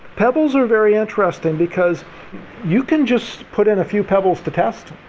pebbles are very interesting because you can just put in a few pebbles to test.